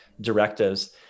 directives